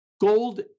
gold